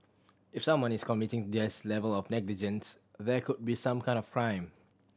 if someone is committing this level of negligence there could be some kind of crime